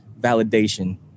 validation